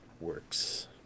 works